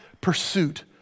pursuit